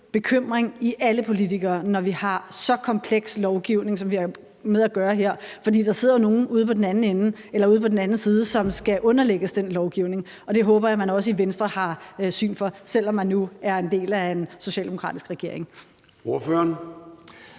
bekymring i alle politikere, når vi har så kompleks en lovgivning, som vi her har med at gøre. For der sidder jo nogle derude på den anden side, som skal underlægges den lovgivning, og det håber jeg også man i Venstre har syn for, selv om man nu er en del af en socialdemokratisk regering. Kl.